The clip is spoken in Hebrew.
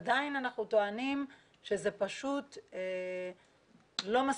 עדיין אנחנו טוענים שזה פשוט לא מספיק.